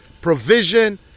provision